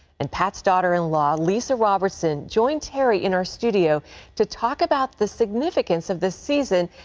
and pat's daughter-in-law, lisa robertson, joined terry in our studio to talk about the significance of this season,